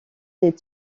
des